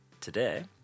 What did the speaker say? today